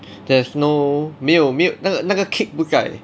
there's no 没有没有那个那个 kick 不在